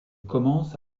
commence